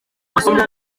amasomo